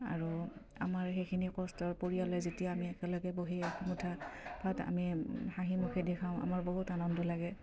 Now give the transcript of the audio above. আৰু আমাৰ সেইখিনি কষ্টৰ পৰিয়ালে যেতিয়া আমি একেলগে বহি এমুঠা ভাত আমি হাঁহিমুখেদি খাওঁ আমাৰ বহুত আনন্দ লাগে